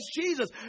Jesus